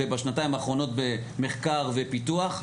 ובשנתיים האחרונות במחקר ופיתוח.